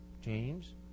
James